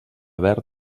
verd